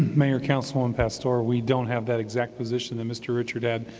mayor, councilwoman pastor, we don't have that exact position that mr. richard had.